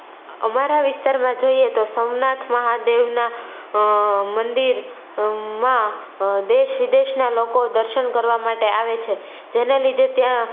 અમારા વિસ્તારમાં જોઈએ તો સોમનાથ મહાદેવના મંદિરમાં દેશ વિદેશના લોકો દર્શન કરવા માટે આવે છે જેના લીધે ત્યાં